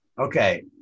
Okay